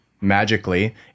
magically